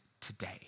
today